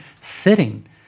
sitting